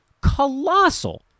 colossal